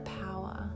power